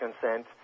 consent